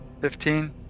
Fifteen